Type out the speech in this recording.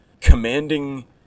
commanding